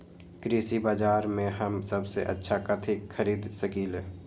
कृषि बाजर में हम सबसे अच्छा कथि खरीद सकींले?